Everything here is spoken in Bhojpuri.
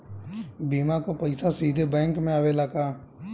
बीमा क पैसा सीधे बैंक में आवेला का?